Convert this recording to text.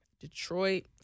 Detroit